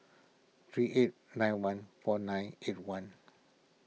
three eight nine one four nine eight one